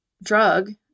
drug